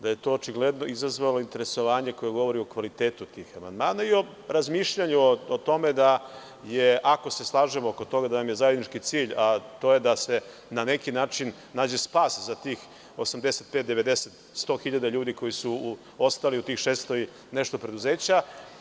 To je očigledno izazvalo interesovanje koje govori o kvalitetu tih amandmana i o razmišljanju o tome da, ako se slažemo oko toga, nam je zajednički cilj, a to je da se na neki način nađe spas za tih 85,90,100 hiljada ljudi koji su ostali u tih 600 i nešto preduzeća.